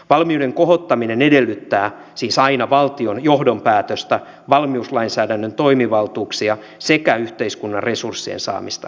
valmiuden kohottaminen edellyttää siis aina valtion johdon päätöstä valmiuslainsäädännön toimivaltuuksia sekä yhteiskunnan resurssien saamista käyttöön